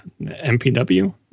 MPW